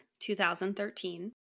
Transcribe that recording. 2013